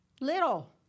Little